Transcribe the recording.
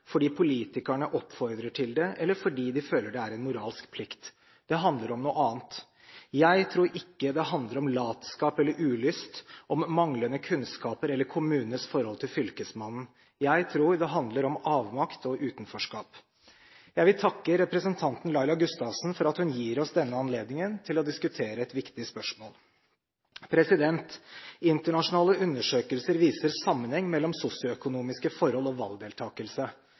fordi politikere oppfordrer til det, eller fordi de føler det er en moralsk plikt. Det handler om noe annet. Jeg tror ikke det handler om latskap eller ulyst, om manglende kunnskaper eller kommunenes forhold til fylkesmannen. Jeg tror det handler om avmakt og utenforskap. Jeg vil takke representanten Laila Gustavsen for at hun gir oss denne anledningen til å diskutere et viktig spørsmål. Internasjonale undersøkelser viser sammenheng mellom sosioøkonomiske forhold og valgdeltakelse.